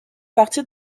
partie